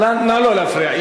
נא לא להפריע.